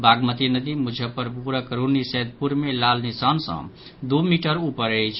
बागमती नदी मुजफ्फरपुरक रून्नीसैदपुर मे लाल निशान सँ दू मीटर ऊपर अछि